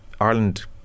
Ireland